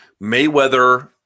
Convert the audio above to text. Mayweather